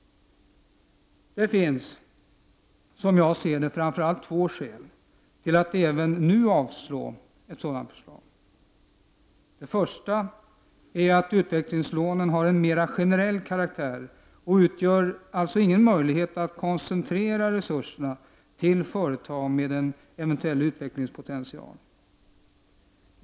Det finns, som jag ser det, framför allt två skäl till att även nu avslå ett sådant förslag. Det första är att utvecklingslånen har en mera generell karaktär. De utgör alltså ingen möjlighet att koncentrera resurserna till företag med en eventuell utvecklingspotential.